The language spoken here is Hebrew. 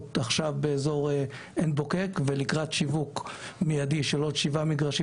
באזור עין בוקק ולקראת שיווק מידי של עוד שבעה מגרשים